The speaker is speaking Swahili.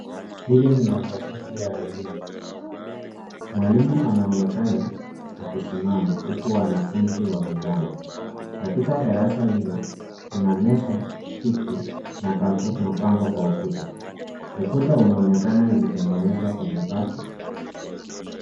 Hili ni majasusi ya elimu, mwalimu anaonekana akisimama huku wanafunzi wamelala. Katika darasa hilo kuna meza, viti na mapambo kwa ukuta, ukuta unaonekana ilitengenezwa kwa mabati.